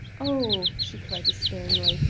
oh! she cried despairingly,